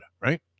Right